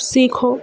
سیکھو